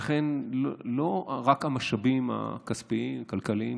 ולכן לא רק המשאבים הכספיים, הכלכליים,